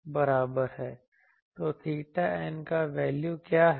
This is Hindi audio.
तो 𝚹n का वैल्यू क्या है